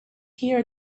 here